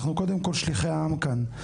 אנחנו קודם כל שליחי העם כאן.